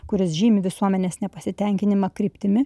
kuris žymi visuomenės nepasitenkinimą kryptimi